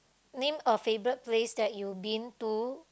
name a favourite place that you been to